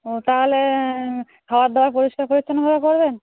ও তাহলে খাবার দাবার পরিষ্কার পরিচ্ছন্নভাবে করবেন